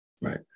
right